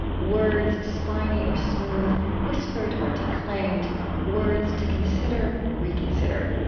words spiny or smooth, whispered or declaimed words to consider, reconsider.